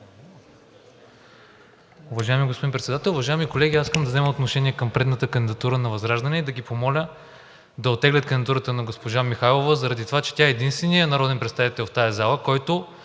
Уважаеми господин Председател, уважаеми колеги! Аз искам да взема отношение към предната кандидатура на ВЪЗРАЖДАНЕ и да ги помоля да оттеглят кандидатурата на госпожа Михайлова заради това, че тя е единственият народен представител в тази зала, който